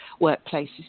workplaces